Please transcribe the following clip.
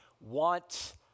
want